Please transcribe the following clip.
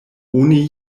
oni